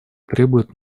требует